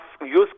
use